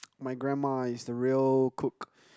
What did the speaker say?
my grandma is the real cook